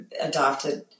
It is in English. adopted